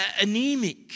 anemic